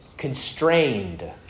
Constrained